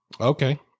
Okay